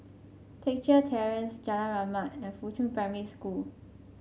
Teck Chye Terrace Jalan Rahmat and Fuchun Primary School